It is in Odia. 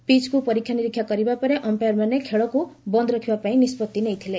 ପିଚକୁ ପରୀକ୍ଷା ନିରୀକ୍ଷା କରିବା ପରେ ଅମ୍ପାୟାରମାନେ ଖେଳକୁ ବନ୍ଦ ରଖିବା ପାଇଁ ନିଷ୍କଭି ନେଇଥିଲେ